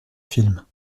films